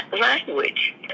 language